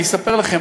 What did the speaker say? אני אספר לכם,